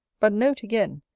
but note again,